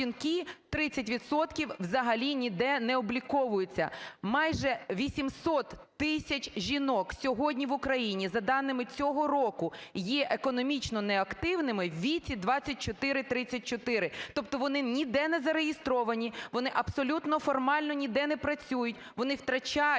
ніде не зареєстровані, вони абсолютно формально ніде не працюють, вони втрачають